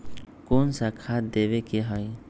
कोन सा खाद देवे के हई?